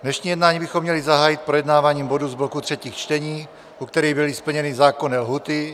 Dnešní jednání bychom měli zahájit projednáváním bodů z bloku třetích čtení, u kterých byly splněny zákonné lhůty.